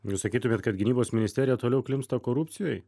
jūs sakytumėt kad gynybos ministerija toliau klimpsta korupcijoj